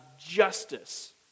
justice